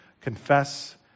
Confess